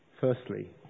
Firstly